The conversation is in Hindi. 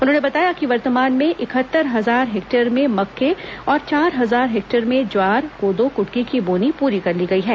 उन्होंने बताया कि वर्तमान में इकहत्तर हजार हेक्टेयर में मक्के और चार हजार हेक्टेयर में ज्वार कोदो कुटकी की बोनी पूरी कर ली गई है